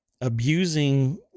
abusing